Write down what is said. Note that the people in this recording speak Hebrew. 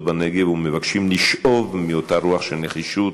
בנגב ומבקשים לשאוב מאותה רוח של נחישות,